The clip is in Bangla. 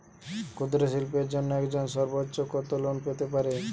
ক্ষুদ্রশিল্পের জন্য একজন সর্বোচ্চ কত লোন পেতে পারে?